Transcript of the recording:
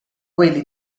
quelli